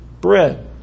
bread